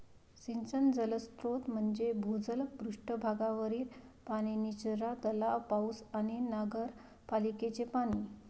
सिंचन जलस्रोत म्हणजे भूजल, पृष्ठ भागावरील पाणी, निचरा तलाव, पाऊस आणि नगरपालिकेचे पाणी